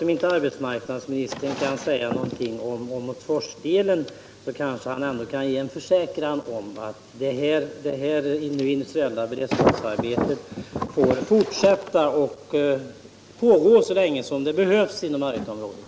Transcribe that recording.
Om inte arbetsmarknadsministern kan säga något om Åmotsfors, kanske han ändå kan ge en försäkran om att det industriella beredskapsarbetet får fortsätta så länge som det behövs inom Arvikaområdet.